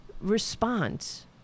response